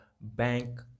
bank